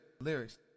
Lyrics